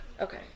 Okay